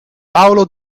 paolo